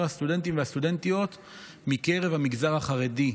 הסטודנטים והסטודנטיות מקרב המגזר החרדי.